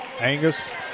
Angus